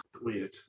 weird